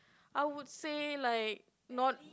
I would say like not